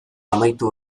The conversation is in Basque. amaitu